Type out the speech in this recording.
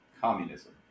communism